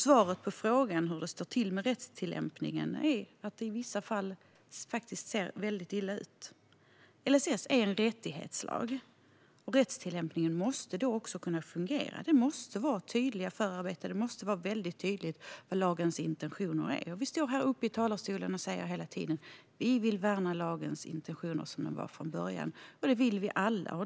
Svaret på frågan hur det står till med rättstillämpningen är att det i vissa fall faktiskt ser väldigt illa ut. LSS är en rättighetslag. Därför måste rättstillämpningen kunna fungera. Förarbetena måste vara tydliga, och lagens intentioner måste vara väldigt tydliga. Vi står här i talarstolen och säger hela tiden att vi vill värna lagens intentioner, som de var från början. Det vill vi alla.